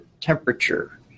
temperature